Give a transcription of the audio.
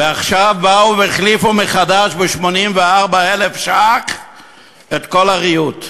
ועכשיו באו והחליפו מחדש ב-84,000 ש"ח את כל הריהוט,